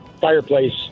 fireplace